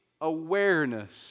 awareness